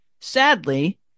Sadly